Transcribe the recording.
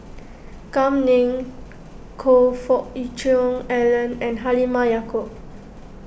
Kam Ning Choe Fook Cheong Alan and Halimah Yacob